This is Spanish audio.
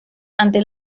ante